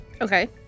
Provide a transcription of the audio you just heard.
Okay